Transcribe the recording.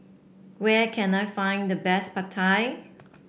where can I find the best Pad Thai